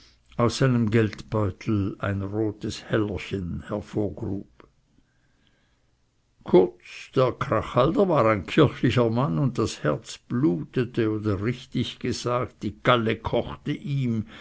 aus seinem geldbeutel ein rotes hellerchen hervorgrub kurz der krachhalder war ein kirchlicher mann und das herz blutete oder richtiger gesagt die galle kochte ihm